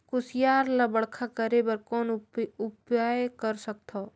कुसियार ल बड़खा करे बर कौन उपाय कर सकथव?